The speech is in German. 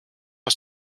aus